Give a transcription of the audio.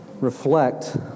reflect